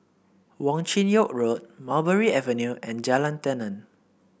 Wong Chin Yoke Road Mulberry Avenue and Jalan Tenon